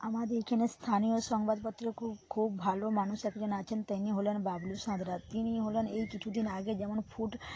আমাদের এখানে স্থানীয় সংবাদপত্রে খুব খুব ভালো মানুষ একজন আছেন তিনি হলেন বাবলু সাঁতরা তিনি হলেন এই কিছুদিন আগে যেমন ফুড